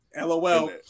LOL